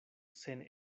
sen